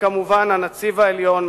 וכמובן הנציב העליון,